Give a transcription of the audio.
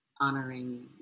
honoring